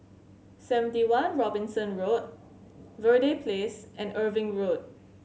Seventy One Robinson Road Verde Place and Irving Road